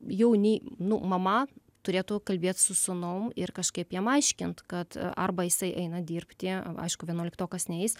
jauni nu mama turėtų kalbėt su sūnum ir kažkaip jam aiškint kad arba jisai eina dirbti aišku vienuoliktokas neis